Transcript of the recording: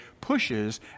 pushes